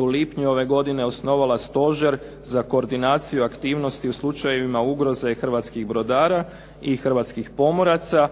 u lipnju ove godine osnovala stožer za koordinaciju aktivnosti u slučajevima ugroze hrvatskih brodara i hrvatskih pomoraca